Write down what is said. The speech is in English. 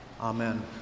Amen